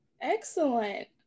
Excellent